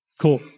Cool